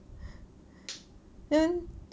then